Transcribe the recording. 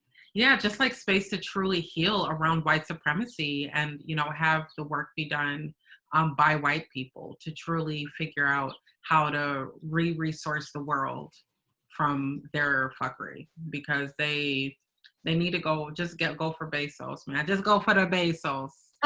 yeah, just like space to truly heal around white supremacy and, you know, have the work be done um by white people to truly figure out how to re-resource the world from their fuckery because they they need to go, just go for bezos. but i just go for the bezos.